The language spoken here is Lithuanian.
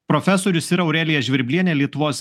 profesorius ir aurelija žvirblienė lietuvos